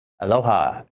Aloha